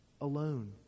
Alone